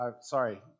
Sorry